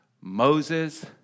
Moses